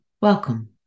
welcome